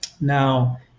Now